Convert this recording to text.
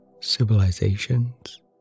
civilizations